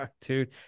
dude